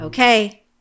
Okay